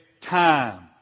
time